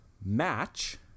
match